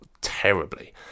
terribly